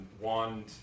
wand